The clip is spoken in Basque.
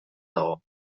dago